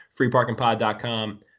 Freeparkingpod.com